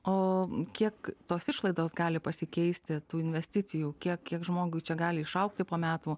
o kiek tos išlaidos gali pasikeisti tų investicijų kiek kiek žmogui čia gali išaugti po metų